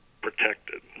Protected